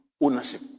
ownership